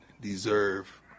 deserve